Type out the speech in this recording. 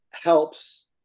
helps